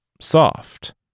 soft